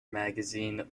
magazine